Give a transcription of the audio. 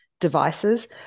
devices